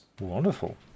wonderful